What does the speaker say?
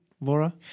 Laura